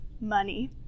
money